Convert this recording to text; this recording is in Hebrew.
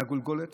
מהגולגולת